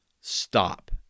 stop